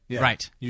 Right